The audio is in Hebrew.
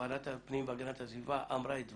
ועדת הפנים והגנת הסביבה אמרה את דבריה.